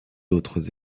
autres